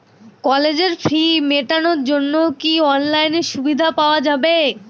কলেজের ফি মেটানোর জন্য কি অনলাইনে সুবিধা পাওয়া যাবে?